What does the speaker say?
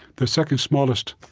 the second-smallest